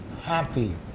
happy